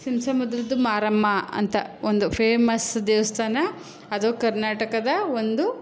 ಶಿವ ಸಮುದ್ರದ್ದು ಮಾರಮ್ಮ ಅಂತ ಒಂದು ಫೇಮಸ್ ದೇವಸ್ಥಾನ ಅದು ಕರ್ನಾಟಕದ ಒಂದು